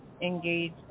engage